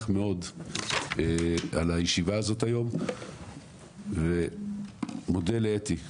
מאוד על הישיבה שאנחנו מקיימים היום ומודה לאתי שבתאי,